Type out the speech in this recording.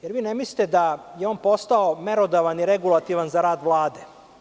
Da li vi ne mislite da je on postao merodavan i regulativan za rad Vlade?